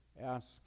Ask